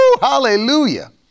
hallelujah